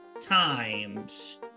times